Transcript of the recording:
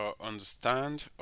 understand